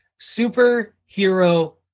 Superhero